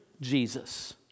Jesus